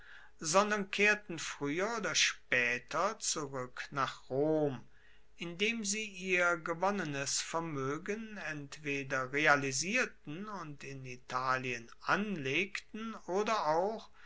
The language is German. sondern kehrten frueher oder spaeter zurueck nach rom indem sie ihr gewonnenes vermoegen entweder realisierten und in italien anlegten oder auch